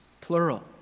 plural